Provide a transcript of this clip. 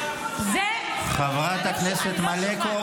--- חברת הכנסת מלקו,